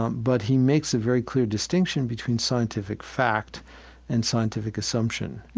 um but he makes a very clear distinction between scientific fact and scientific assumption.